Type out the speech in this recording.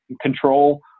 control